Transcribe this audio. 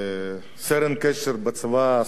סרן קשר בצבא הסובייטי.